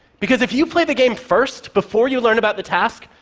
because if you play the game first before you learn about the task,